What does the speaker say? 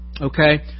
Okay